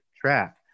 track